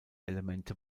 elemente